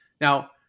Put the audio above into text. now